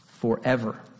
forever